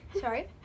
Sorry